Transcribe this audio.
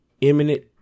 imminent